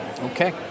Okay